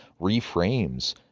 reframes